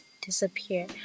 disappear